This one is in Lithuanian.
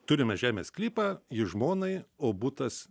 turime žemės sklypą ji žmonai o butas